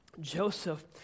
Joseph